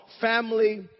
family